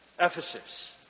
Ephesus